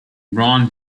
ron